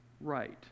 right